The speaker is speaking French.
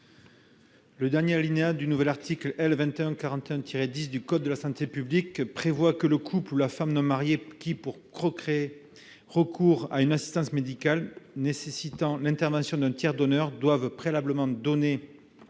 Le dernier alinéa du nouvel article L. 2141-10 du code de la santé publique dispose que le couple ou la femme non mariée qui, pour procréer, recourent à une assistance médicale nécessitant l'intervention d'un tiers donneur doivent préalablement donner,